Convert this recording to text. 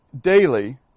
daily